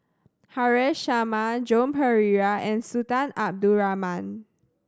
Haresh Sharma Joan Pereira and Sultan Abdul Rahman